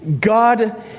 God